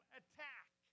attack